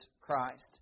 Christ